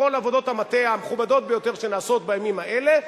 כל עבודות המטה המכובדות ביותר שנעשות בימים האלה,